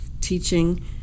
teaching